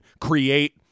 create